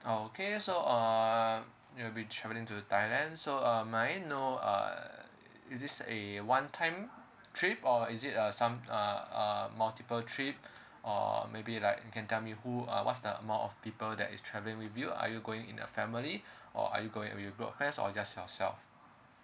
okay so uh you will be travelling to thailand so um may I know uh is it a one time trip or is it a some uh multiple trip or maybe like you can tell me who uh what's the amount of people that is travelling with you are you going in a family or are you going with a group of friends or just yourself